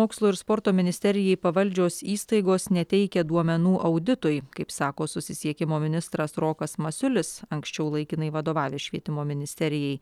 mokslo ir sporto ministerijai pavaldžios įstaigos neteikia duomenų auditui kaip sako susisiekimo ministras rokas masiulis anksčiau laikinai vadovavęs švietimo ministerijai